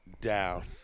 down